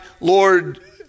Lord